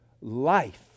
Life